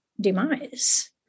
demise